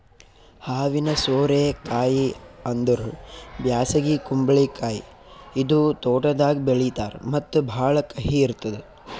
ಹಾವಿನ ಸೋರೆ ಕಾಯಿ ಅಂದುರ್ ಬ್ಯಾಸಗಿ ಕುಂಬಳಕಾಯಿ ಇದು ತೋಟದಾಗ್ ಬೆಳೀತಾರ್ ಮತ್ತ ಭಾಳ ಕಹಿ ಇರ್ತುದ್